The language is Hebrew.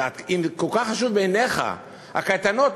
שאם כל כך חשובות בעיניך הקייטנות,